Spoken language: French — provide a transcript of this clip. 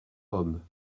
homme